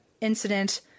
incident